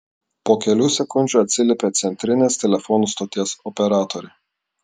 po kelių sekundžių atsiliepė centrinės telefonų stoties operatorė